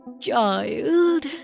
Child